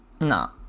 No